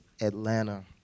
Atlanta